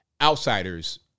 outsiders